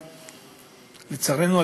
לצערנו,